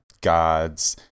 gods